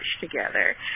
together